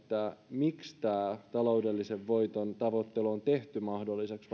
miksi taloudellisen voiton tavoittelu on tehty mahdolliseksi